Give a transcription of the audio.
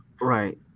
right